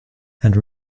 and